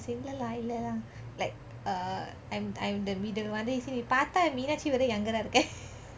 then I say இல்லே:illeh lah இல்லே:illeh lah like uh I'm I'm the middle one then he say நீ பார்த்தா மீனாச்ச்சிவிட:nee parthaa meenachivide younger ah இருக்க:iruke